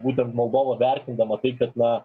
būtent moldova vertindama tai kad na